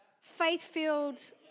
faith-filled